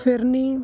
ਫਿਰਨੀ